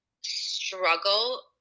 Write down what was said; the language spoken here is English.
struggle